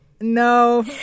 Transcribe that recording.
No